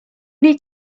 need